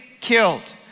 killed